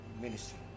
ministry